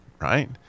right